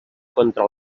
contra